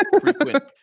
frequent